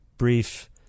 brief